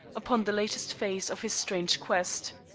upon the latest phase of his strange quest.